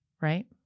right